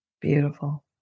Beautiful